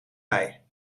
mij